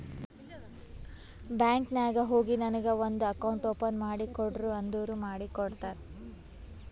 bank ನಾಗ್ ಹೋಗಿ ನನಗ ಒಂದ್ ಅಕೌಂಟ್ ಓಪನ್ ಮಾಡಿ ಕೊಡ್ರಿ ಅಂದುರ್ ಮಾಡ್ಕೊಡ್ತಾರ್